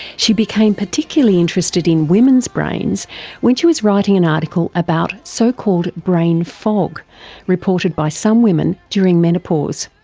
she became particularly interested in women's brains when she was writing an article about so called brain fog reported by some women during menopause.